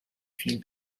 viel